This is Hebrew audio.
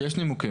שיש נימוקים.